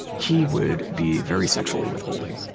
he would be very sexually withholding,